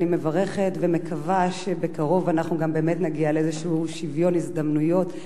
ואני מברכת ומקווה שבקרוב גם נגיע לאיזה שוויון הזדמנויות,